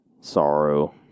sorrow